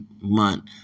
month